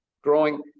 growing